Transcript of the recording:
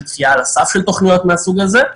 של דחייה על הסף של תוכניות מהסוג הזה.